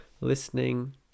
listening